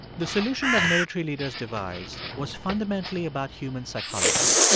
the solution that military leaders devised was fundamentally about human psychology.